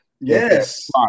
Yes